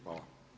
Hvala.